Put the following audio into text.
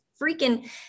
freaking